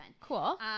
Cool